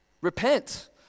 Repent